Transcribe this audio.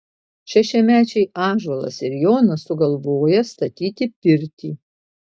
šešiamečiai ąžuolas ir jonas sugalvoja statyti pirtį